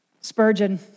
Spurgeon